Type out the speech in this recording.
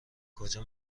کجا